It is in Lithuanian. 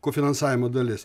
kofinansavimo dalis